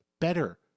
better